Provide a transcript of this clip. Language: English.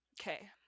Okay